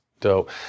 Dope